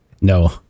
No